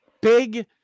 Big